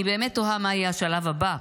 אני באמת תוהה מה יהיה השלב הבא?